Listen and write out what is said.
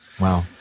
Wow